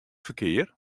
ferkear